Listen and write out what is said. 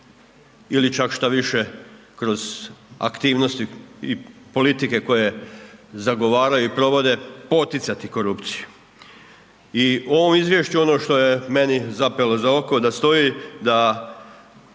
ili čak štoviše kroz aktivnosti i politike koje zagovaraju i provode poticati korupciju. I u ovom izvješću ono što je meni zapelo za oko da stoji da